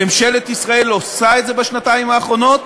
ממשלת ישראל עושה את זה בשנתיים האחרונות,